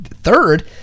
third